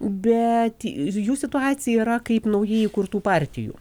bet jų situacija yra kaip naujai įkurtų partijų